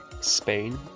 Spain